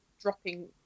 dropping